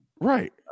Right